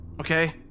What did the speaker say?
okay